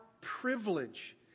privilege